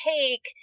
take